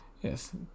Yes